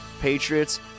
Patriots